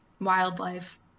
wildlife